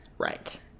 Right